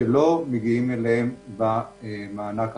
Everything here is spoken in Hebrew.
שלא מגיעים אליהם במענק החד-פעמי: